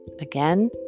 Again